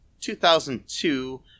2002